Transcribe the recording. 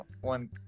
one